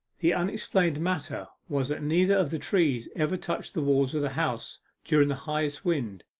the unexplained matter was that neither of the trees ever touched the walls of the house during the highest wind,